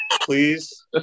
Please